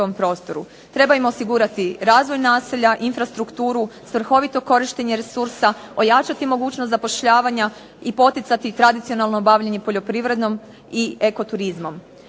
Treba im osigurati razvoj naselja, infrastrukturu, strahovito korištenje resursa, ojačati mogućnost zapošljavanja i poticati tradicionalno bavljenje poljoprivredom i eko turizmom.